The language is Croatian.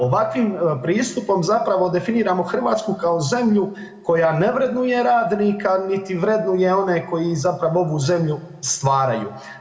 Ovakvim pristupom zapravo definiramo Hrvatsku kao zemlju koja ne vrjednuje radnika niti vrednuje one koji zapravo ovu zemlju stvaraju.